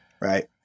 Right